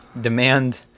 demand